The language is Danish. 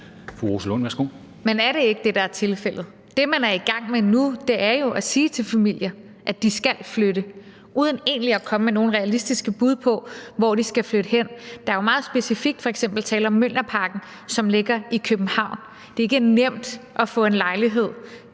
Rosa Lund (EL): Men er det ikke det, der er tilfældet? Det, man er i gang med nu, er jo at sige til familier, at de skal flytte, uden at man egentlig kommer med nogen realistiske bud på, hvor de skal flytte hen. Der er jo meget specifikt tale om f.eks. Mjølnerparken, som ligger i København. Det er ikke nemt at få en lejlighed